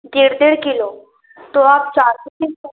डेढ़ डेढ़ किलो तो आप चार सौ